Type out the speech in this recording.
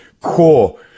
core